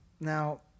Now